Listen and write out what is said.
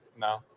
No